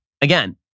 again